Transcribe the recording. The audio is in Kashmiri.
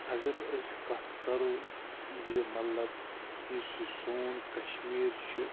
اگر أسۍ کَتھ کَرَو زِ مطلب یُس یہِ سون کَمشیٖر چھِ